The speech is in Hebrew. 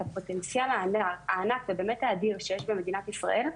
הפוטנציאל ובאמת אדיר שיש במדינת ישראל,